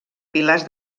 pilars